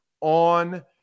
on